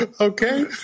Okay